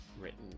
written